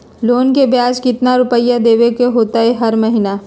Loan के ब्याज कितना रुपैया देबे के होतइ हर महिना?